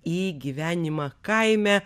į gyvenimą kaime